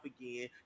again